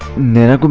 naina,